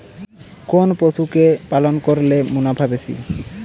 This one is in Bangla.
কোন পশু কে পালন করলে মুনাফা বেশি?